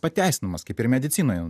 pateisinamas kaip ir medicinoje